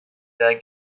der